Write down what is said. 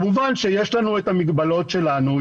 כמובן שיש לנו את המגבלות שלנו,